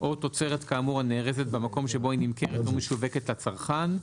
או תוצרת כאמור הנארזת במקום שבו היא נמכרת או משווקת לצרכן,